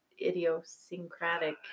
idiosyncratic